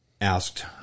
asked